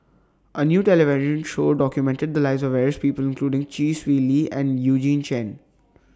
A New television Show documented The Lives of various People including Chee Swee Lee and Eugene Chen